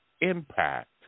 impact